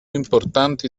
importanti